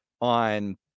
on